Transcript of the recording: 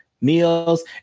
meals